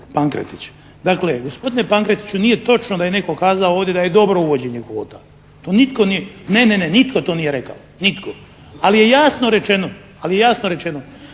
Pankretić. Dakle, gospodine Pankretiću nije točno da je netko kazao ovdje da je dobro uvođenje kvota. To nitko nije. Ne, ne, ne. Nitko to nije rekao. Nitko. Ali je jasno rečeno da je u reformi